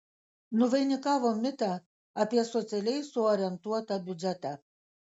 nuvainikavo mitą apie socialiai suorientuotą biudžetą